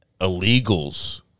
Illegals